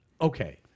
okay